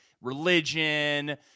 religion